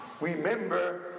remember